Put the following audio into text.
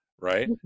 Right